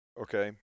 okay